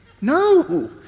no